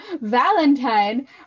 Valentine